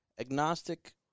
Agnostic